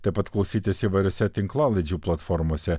taip pat klausytis įvairiose tinklalaidžių platformose